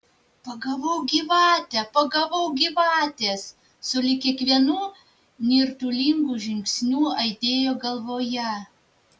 pagavau gyvate pagavau gyvatės sulig kiekvienu nirtulingu žingsniu aidėjo galvoje